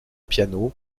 piano